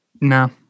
No